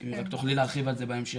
אם רק תוכלי להרחיב על זה בהמשך.